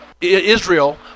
Israel